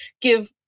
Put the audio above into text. give